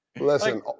Listen